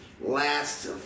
last